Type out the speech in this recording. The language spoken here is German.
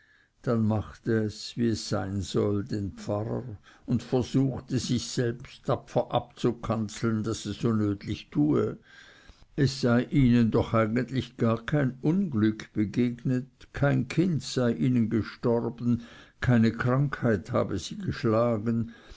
dann machte es wie es sein soll den pfarrer und versuchte sich selbst tapfer abzukanzeln daß es so nötlich tue es sei ihnen doch eigentlich gar kein unglück begegnet kein kind sei ihnen gestorben keine krankheit habe sie geschlagen